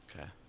Okay